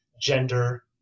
gender